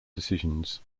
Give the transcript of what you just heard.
decisions